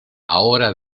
ahora